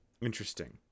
Interesting